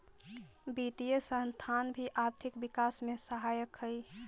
वित्तीय संस्थान भी आर्थिक विकास में सहायक हई